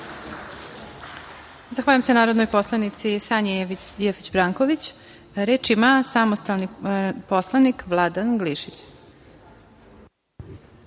Zahvaljujem se narodnoj poslanici Sanji Jefić Branković. Reč ima samostalni poslanik Vladan Glišić.